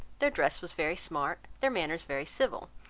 their dress was very smart, their manners very civil,